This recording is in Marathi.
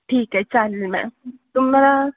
ठीक आहे चालेल मॅम तुम्हाला